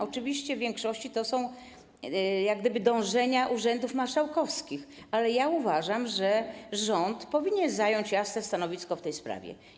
Oczywiście w większości to są dążenia urzędów marszałkowskich, ale uważam, że rząd powinien zająć jasne stanowisko w tej sprawie.